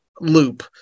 loop